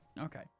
okay